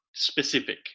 specific